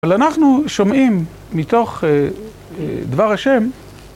אבל אנחנו שומעים מתוך דבר השם